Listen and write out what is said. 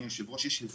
שאין לו